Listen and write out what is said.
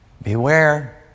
Beware